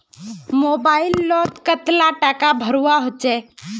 Mobile लोत कतला टाका भरवा होचे?